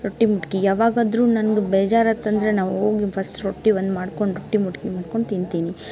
ರೊಟ್ಟಿ ಮುಟ್ಗಿ ಯಾವಾಗಾದರೂ ನಂಗೆ ಬೇಜಾರು ಆಯ್ತಂದ್ರೆ ನಾವು ಹೋಗಿ ಫಸ್ಟ್ ರೊಟ್ಟಿ ಒಂದು ಮಾಡಿಕೊಂಡು ರೊಟ್ಟಿ ಮುಟ್ಗಿ ಮಾಡ್ಕೊಂಡು ತಿಂತೀನಿ